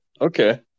okay